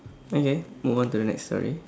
okay move on to the next story